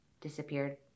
disappeared